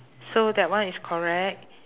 so that one is correct